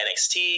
NXT